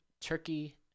Turkey